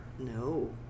no